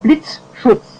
blitzschutz